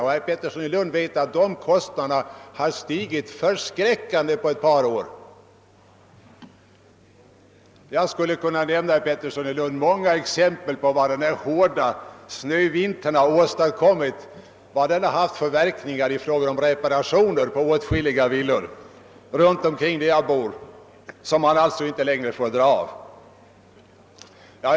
Herr Pettersson i Lund vet att dessa kostnader har stigit förskräckande på ett par år. Jag skulle kunna lämna herr Pettersson i Lund många exempel på verkningar av den nyss genomgångna hårda snövintern, som framtvingat reparationer på åtskilliga villor i det område där jag bor. För dessa reparationer får man alitså inte längre göra avdrag.